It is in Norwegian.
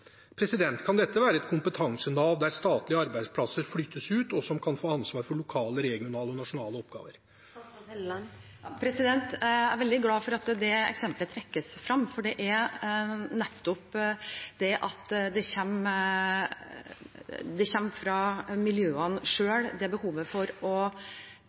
Kan dette være et kompetansenav der statlige arbeidsplasser flyttes ut, og som kan få ansvar for lokale, regionale og nasjonale oppgaver? Jeg er veldig glad for at det eksempelet trekkes frem, for det er nettopp ved at behovet for å jobbe sammen i tette kompetansemiljøer kommer fra miljøene